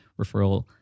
Referral